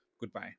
Goodbye